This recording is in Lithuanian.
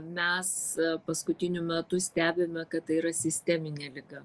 mes paskutiniu metu stebime kad tai yra sisteminė liga